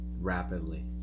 rapidly